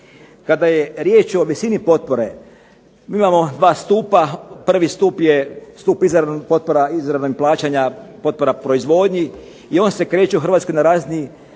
Kada je riječ o visini potpore mi imamo dva stupa. Prvi stup je stup izravnih potpora, izravnih plaćanja potpora proizvodnji i on se kreće u Hrvatskoj na razini